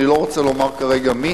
אני לא רוצה לומר כרגע מי,